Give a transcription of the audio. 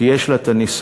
כי יש לה את הניסיון.